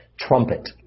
trumpet